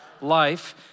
life